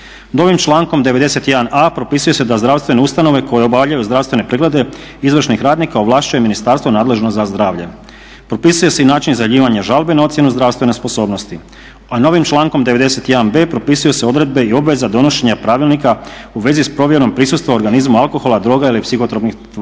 Novim člankom 91.a propisuje se da zdravstvene ustanove koje obavljaju zdravstvene preglede izvršnih radnika ovlašćuje ministarstvo nadležno za zdravlje. Propisuje se i način izjavljivanja žalbe na ocjenu zdravstvene sposobnosti. A novim člankom 91.b propisuje se obveza i odredba donošenja pravilnika u vezi s provjerom prisustva organizma alkohola, droga ili psihotropnih tvari.